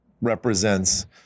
represents